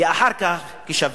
ואחר כך כשווה.